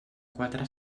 quatre